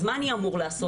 אז מה אני אמור לעשות?